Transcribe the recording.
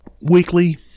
weekly